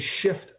shift